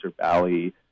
Valley